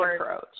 approach